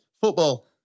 Football